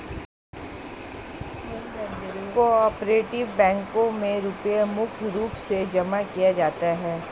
को आपरेटिव बैंकों मे रुपया मुख्य रूप से जमा किया जाता है